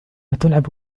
تلعب